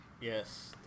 yes